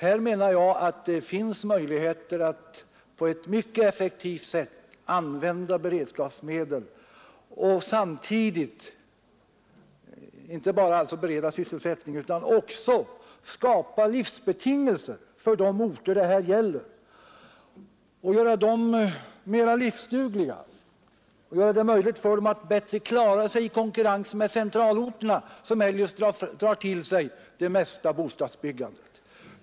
Här menar jag att det finns möjligheter att på ett mycket effektivt sätt använda beredskapsmedel och samtidigt alltså inte bara bereda sysselsättning utan också skapa livsbetingelser för de orter det här gäller och göra dem mera livsdugliga, göra det möjligt för dem att bättre klara sig i konkurrensen med centralorterna som eljest drar till sig det mesta av bostadsbyggandet.